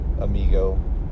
Amigo